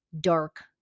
dark